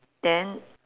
then